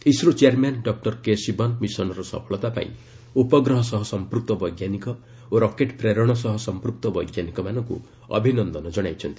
ISRO chairman doctor K Sivan ମିଶନ୍ର ସଫଳତା ପାଇଁ ଉପଗ୍ରହ ସହ ସମ୍ପୃକ୍ତ ବୈଜ୍ଞାନିକ ଓ ରକେଟ୍ ପ୍ରେରଣ ସହ ସମ୍ପୁକ୍ତ ବୈଜ୍ଞାନିକମାନଙ୍କୁ ଅଭିନନ୍ଦନ ଜଣାଇଛନ୍ତି